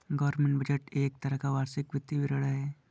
government budget एक तरह का वार्षिक वित्तीय विवरण है